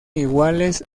iguales